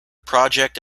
project